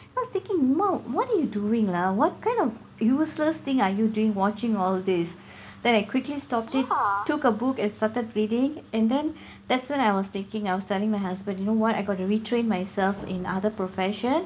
then I was thinking uma what are you doing lah what kind of useless thing are you doing watching all this then I quickly stopped it took a book and started reading and then that's when I was thinking I was telling my husband you know what I got to retrain myself in other profession